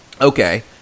Okay